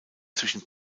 zwischen